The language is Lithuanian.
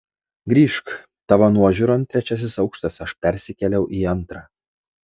grįžk tavo nuožiūron trečiasis aukštas aš persikėliau į antrą